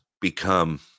become